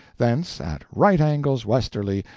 thence at right angles westerly,